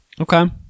Okay